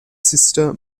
sister